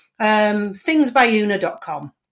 thingsbyuna.com